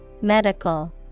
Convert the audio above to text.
Medical